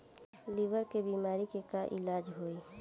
Liver के बीमारी के का इलाज होई?